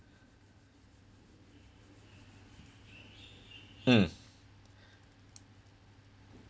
mm